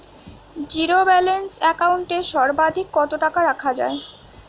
Zero balance account এ সর্বাধিক কত টাকা রাখা য়ায়?